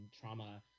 trauma